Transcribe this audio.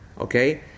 Okay